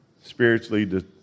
spiritually